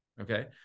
okay